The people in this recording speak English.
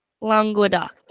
Languedoc